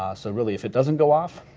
ah so really, if it doesn't go off,